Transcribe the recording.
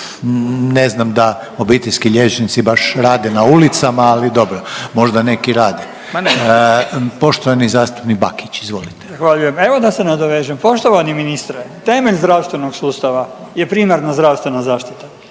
Ne znam da obiteljski liječnici baš rade na ulicama, ali dobro. Možda neki rade? Poštovani zastupnik Bakić izvolite. **Bakić, Damir (Možemo!)** Hvala lijepo. Evo da se nadovežem. Poštovani ministre temelj zdravstvenog sustava je primarna zdravstvena zaštita.